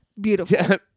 Beautiful